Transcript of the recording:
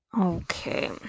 Okay